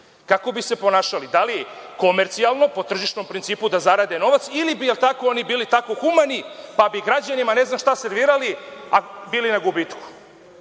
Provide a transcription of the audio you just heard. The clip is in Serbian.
kako bi se ponašali, da li komercijalno po tržišnom principu da zarade novac, ili bi oni bili tako humani, pa bi građanima ne znam šta servirali, a bili na gubitku?